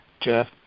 Jeff